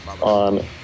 on